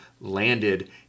landed